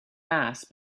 mass